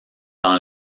dans